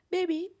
Baby